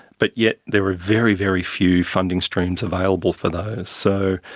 but yet there are very, very few funding streams available for those. so